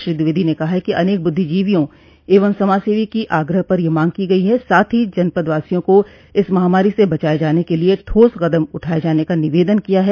श्री द्विवेदी ने कहा कि अनेक बुद्धिजीवियों एवं समाजसेवियों की आग्रह पर यह मांग की गई है साथ ही जनपदवासियों को इस महामारी से बचाए जाने के लिए ठोस कदम उठाये जाने का निवेदन किया है